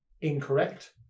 incorrect